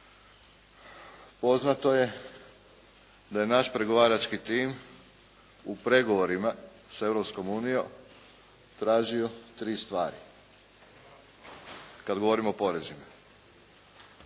poznato je da je naš pregovarački tim u pregovorima sa Europskom unijom tražio tri stvari kad govorimo o porezima.